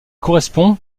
correspond